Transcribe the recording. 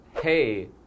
Hey